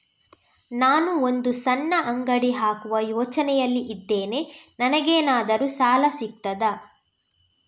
ನಾನು ಒಂದು ಸಣ್ಣ ಅಂಗಡಿ ಹಾಕುವ ಯೋಚನೆಯಲ್ಲಿ ಇದ್ದೇನೆ, ನನಗೇನಾದರೂ ಸಾಲ ಸಿಗ್ತದಾ?